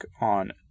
on